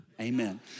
Amen